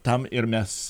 tam ir mes